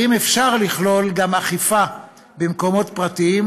אפשר לכלול גם אכיפה במקומות פרטיים,